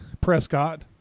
Prescott